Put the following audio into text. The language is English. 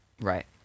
Right